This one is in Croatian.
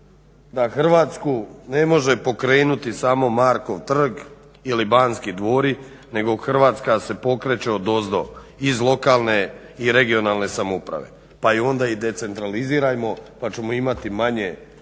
da Hrvatsku ne može pokrenuti samo Markov trg i Banski dvori, nego Hrvatska se pokreće odozdo iz lokalne i regionalne samouprave, pa je onda i decentralizirajmo pa ćemo imati manje